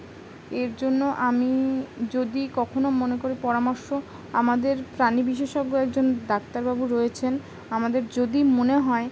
এর জন্য আমি যদি কখনো মনে করি পরামর্শ আমাদের প্রাণী বিশেষজ্ঞ একজন ডাক্তারবাবু রয়েছেন আমাদের যদি মনে হয়